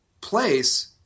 place